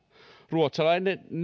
ruotsalaisen